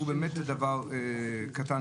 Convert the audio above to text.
שיפעיל רק את זה באתר והכול בסדר.